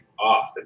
off